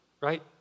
right